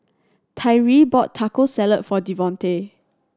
Tyree bought Taco Salad for Devonte